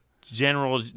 general